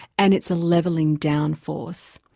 and it's a levelling-down force.